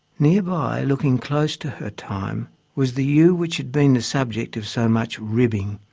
nearby, looking close to her time was the ewe which had been the subject of so much ribbing.